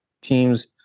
teams